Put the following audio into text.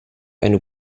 eine